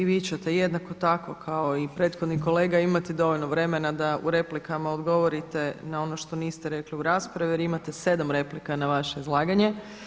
I vi ćete jednako tako kao i prethodni kolega imati dovoljno vremena da u replikama odgovorite na ono što niste rekli u raspravi jer imate 7 replika na vaše izlaganje.